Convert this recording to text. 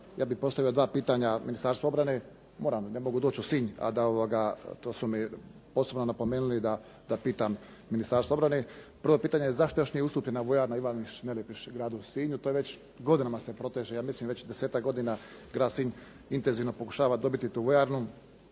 ja bih postavio dva pitanja Ministarstvu obrane. Moram, ne mogu doći u Sinj a da, to su mi posebno napomenuli da pitam Ministarstvo obrane. Prvo pitanje, zašto još nije ustupljena vojarna …/Govornik se ne razumije./… u gradu Sinju. To je već godinama se proteže, ja mislim već desetak godina grad Sinj intenzivno pokušava dobiti tu vojarnu.